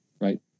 Right